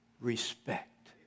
respect